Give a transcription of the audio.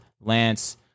Lance